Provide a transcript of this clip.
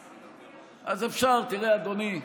תראה, אדוני,